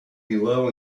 below